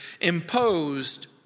imposed